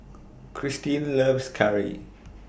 Kristine loves Curry